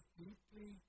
deeply